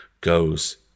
goes